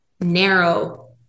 narrow